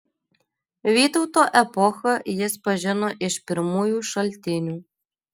vytauto epochą jis pažino iš pirmųjų šaltinių